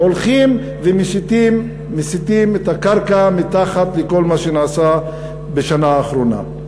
הולכים ומסיטים את הקרקע מתחת לכל מה שנעשה בשנה האחרונה.